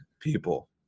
people